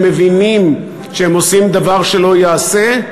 הם מבינים שהם עושים דבר שלא ייעשה,